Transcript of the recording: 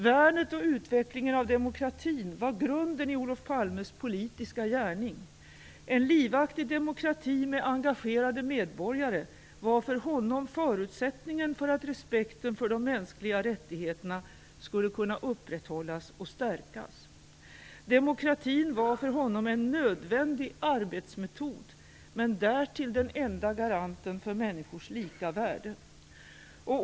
Värnet och utvecklingen av demokratin var grunden i Olof Palmes politiska gärning. En livaktig demokrati med engagerade medborgare var för honom förutsättningen för att respekten för de mänskliga rättigheterna skulle kunna upprätthållas och stärkas. Demokratin var för honom en nödvändig arbetsmetod, men därtill den enda garanten för människors lika värde.